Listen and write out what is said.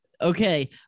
Okay